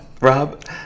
Rob